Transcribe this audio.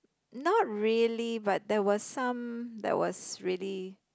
not really but there was some that was really